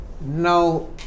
Now